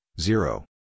zero